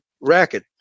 racket